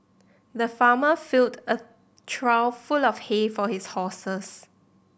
the farmer filled a trough full of hay for his horses